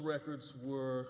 records were